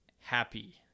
happy